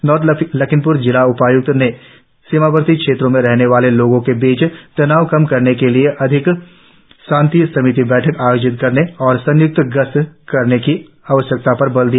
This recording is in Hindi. नॉर्थ लखीमप्र जिला उपाय्क्त ने सीमावर्ती क्षेत्रों में रहने वाले लोगों के बीच तनाव कम करने के लिए अधिक शांति समिति बैठकें आयोजित करने और संय्क्त गश्त करने की आवश्यकता पर बल दिया